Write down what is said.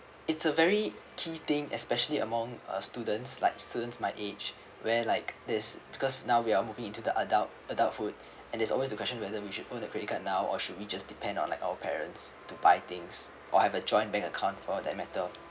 it's a very key thing especially among uh students like students my age where like this because now we're moving into the adult adulthood and it's always the question whether we should own a credit card now or should we just depend on like our parents to buy things or have a joint bank account for that matter